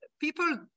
People